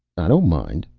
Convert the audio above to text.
i don't mind.